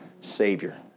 Savior